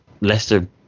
Leicester